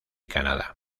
canadá